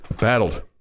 Battled